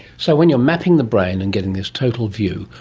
so when you're mapping the brain and getting this total view,